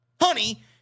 Honey